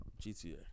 GTA